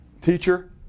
Teacher